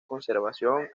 conservación